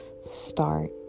start